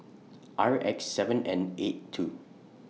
R X seven N eight two